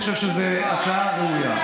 אני חושב שזאת הצעה ראויה.